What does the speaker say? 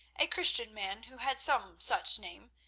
a christian man who had some such name,